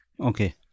Okay